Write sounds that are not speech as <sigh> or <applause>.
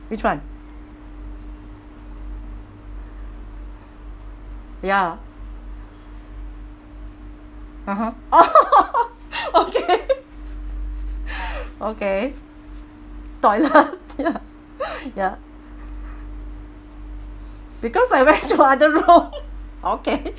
which one ya uhuh oh <laughs> okay <laughs> okay toilet ya <breath> ya because I went to other room okay